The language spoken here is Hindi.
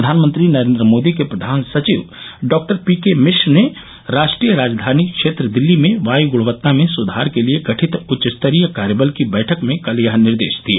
प्रधानमंत्री नरेन्द्र मोदी के प्रधान सचिव डॉक्टर पी के मिश्रा ने राष्ट्रीय राजधानी क्षेत्र दिल्ली में वायु ग्णवत्ता में सुधार के लिए गठित उच्चस्तरीय कार्यबल की बैठक में कल यह निर्देश दिए